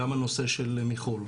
גם הנושא של מיחול,